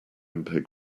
mpeg